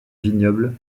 vignoble